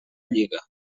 lliga